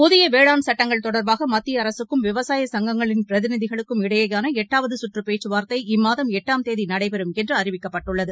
புதிய வேளாண் சட்டங்கள் தொடர்பாக மத்திய அரசுக்கும் விவசாய சங்கங்களின் பிரதிநிதிகளுக்கும் இடையேயான எட்டாவது சுற்று பேச்சுவார்த்தை இம்மாதம் எட்டாம் தேதி நடைபெறும் என்று அறிவிக்கப்பட்டுள்ளது